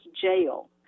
jail